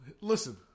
Listen